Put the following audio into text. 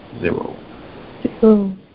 Zero